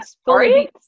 story